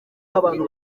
abantu